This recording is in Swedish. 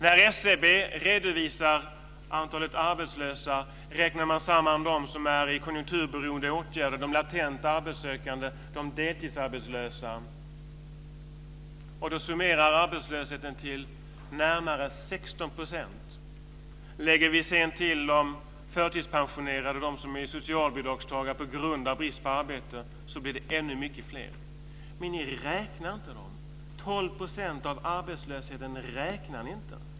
När man från SCB redovisar antalet arbetslösa räknar man samman dem som är i konjunkturberoende åtgärder, de latent arbetssökande och de deltidsarbetslösa och summerar arbetslösheten till närmare 16 %. Lägger vi sedan till de förtidspensionerade och dem som är socialbidragstagare på grund av brist på arbete, blir det ännu mycket fler. Men ni räknar inte dem. 12 % av arbetslösheten räknar ni inte.